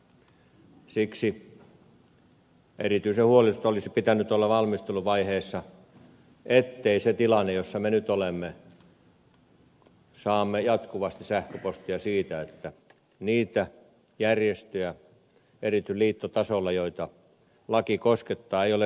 siksi erityisen huolestunut olisi pitänyt olla valmisteluvaiheessa ettei olisi tullut tilanne jossa me nyt olemme että saamme jatkuvasti sähköpostia siitä että niitä järjestöjä erityisesti liittotasolla joita laki koskettaa ei ole riittävästi kuultu